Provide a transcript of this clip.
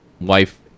wife